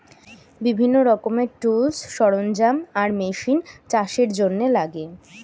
বিভিন্ন রকমের টুলস, সরঞ্জাম আর মেশিন চাষের জন্যে লাগে